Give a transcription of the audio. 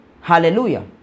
Hallelujah